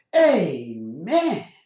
Amen